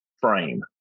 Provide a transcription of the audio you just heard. frame